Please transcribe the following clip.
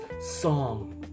song